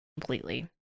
completely